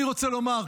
אני רוצה לומר,